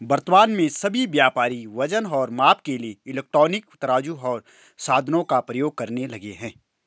वर्तमान में सभी व्यापारी वजन और माप के लिए इलेक्ट्रॉनिक तराजू ओर साधनों का प्रयोग करने लगे हैं